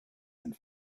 and